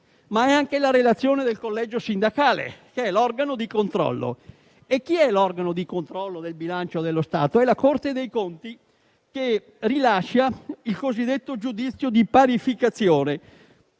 ma è anche la relazione del collegio sindacale, che è l'organo di controllo. E chi è l'organo di controllo del bilancio dello Stato? La Corte dei conti, che rilascia il cosiddetto giudizio di parificazione,